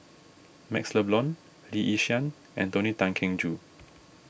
MaxLe Blond Lee Yi Shyan and Tony Tan Keng Joo